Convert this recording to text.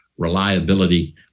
reliability